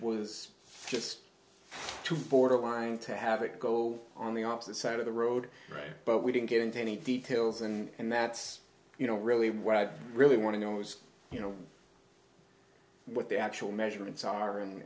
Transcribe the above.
was just too borderline to have it go on the opposite side of the road right but we didn't get into any details and that's you know really what i really want to know is you know what the actual measurements are and